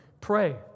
pray